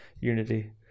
Unity